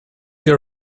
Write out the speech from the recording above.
your